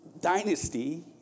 dynasty